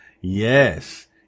Yes